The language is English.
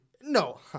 No